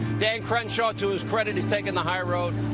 dan crenshaw to his credit is taking the high road.